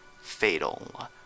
fatal